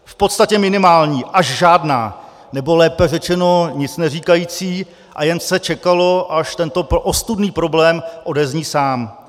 V podstatě minimální až žádná, nebo lépe řečeno nic neříkající a jen se čekalo, až tento ostudný problém odezní sám.